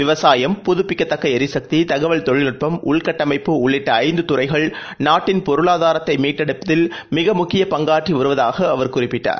விவசாயம் புதுப்பிக்கத்தக்க ளிசக்தி தகவல் தொழில்நுட்பம் உள்கட்டமைப்பு உள்ளிட்ட ஐந்து துறைகள் நாட்டின் பொருளாதாரத்தை மீட்டெடுப்பதில் மிக முக்கிய பங்காற்றி வருவதாக அவர் குறிப்பிட்டார்